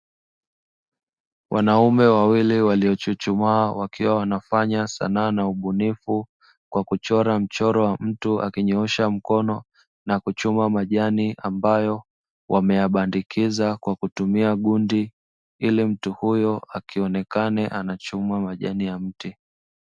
Wanaume wawili waliochuchumaa wakiwa wanafanya sanaa ya ubunifu, kwa kuchora mchoro wa mtu akinyoosha mkono na kuchuma majani ambayo wameyabandikiza kwa kutumia gundi ili mtu huyo aonekane anachuma majani ya mti.